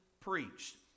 preached